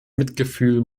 mitgefühl